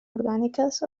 orgàniques